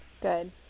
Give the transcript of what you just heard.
Good